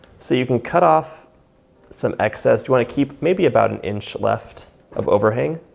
so you can cut off some excess you wanna keep maybe about an inch left of overhang.